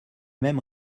mêmes